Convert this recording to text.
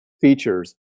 features